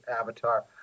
Avatar